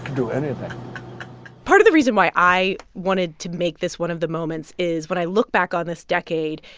do anything part of the reason why i wanted to make this one of the moments is, when i look back on this decade,